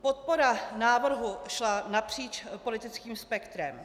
Podpora návrhu šla napříč politickým spektrem.